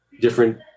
different